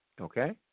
Okay